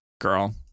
Girl